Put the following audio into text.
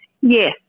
Yes